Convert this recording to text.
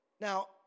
Now